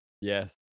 Yes